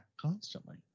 constantly